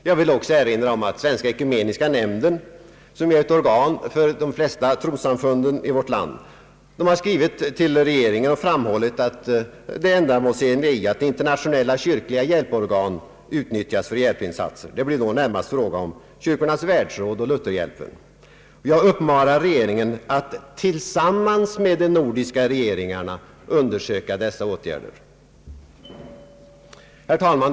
Jag vill också erinra om att Svenska ekumeniska nämnden, som är ett organ för de flesta trossamfunden i vårt land, skrivit till regeringen och framhållit det ändamålsenliga i att internationella kyrkliga hjälporgan utnyttjas för hjälpinsatser. Det blir då närmast fråga om Kyrkornas världsråd och Lutherhjälpen. Jag uppmanar regeringen att tillsammans med de nordiska länderna undersöka dessa utvägar. Herr talman!